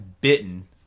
Bitten